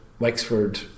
Wexford